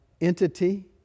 entity